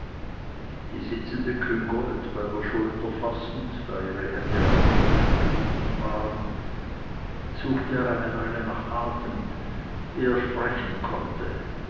die sitzende küngolt bei der schulter fassend da ihre hände auf dem rücken gebunden waren suchte er eine weile nach atem eh er sprechen konnte